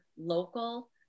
local